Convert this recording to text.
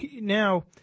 now